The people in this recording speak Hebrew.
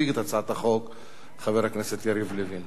יציג את הצעת החוק חבר הכנסת יריב לוין.